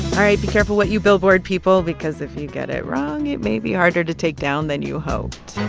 all right. be careful what you billboard, people, because if you get it wrong, it may be harder to take down than you hoped